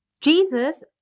Jesus